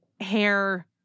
hair